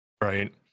right